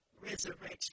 resurrection